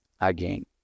again